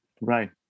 Right